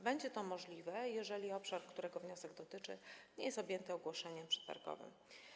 Będzie to możliwe, jeżeli obszar, którego wniosek dotyczy, nie jest objęty ogłoszeniem przetargowym.